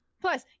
Plus